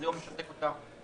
וזה לא משתק אותה לגמרי,